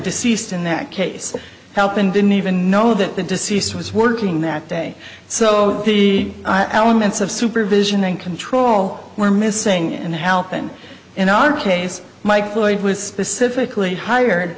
deceased in that case help and didn't even know that the deceased was working that day so the elements of supervision and control were missing in the help and in our case mike lloyd was specifically hired